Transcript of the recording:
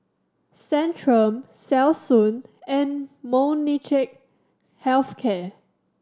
Centrum Selsun and Molnylcke Health Care